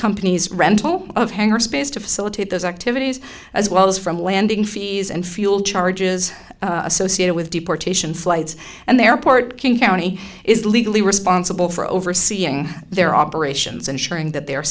companies rental of hangar space to facilitate those activities as well as from landing fees and fuel charges associated with deportation flights and their part king county is legally responsible for overseeing their operations ensuring that they